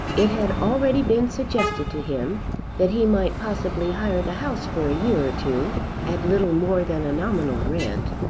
it had already been suggested to him that he might possibly hire the house for a year or two at little more than a nominal rent,